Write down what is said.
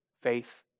Faith